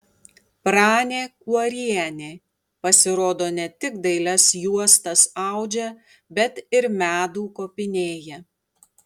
pranė kuorienė pasirodo ne tik dailias juostas audžia bet ir medų kopinėja